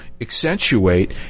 accentuate